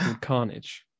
Carnage